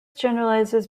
generalizes